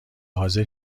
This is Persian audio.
حاضر